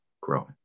growing